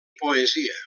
poesia